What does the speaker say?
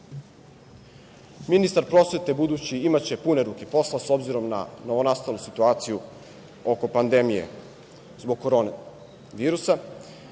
ministar prosvete imaće pune ruke posla obzirom na novonastalu situaciju oko pandemije zbog korona virusa.